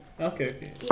Okay